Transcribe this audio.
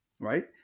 Right